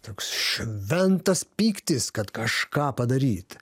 toks šventas pyktis kad kažką padaryt